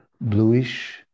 bluish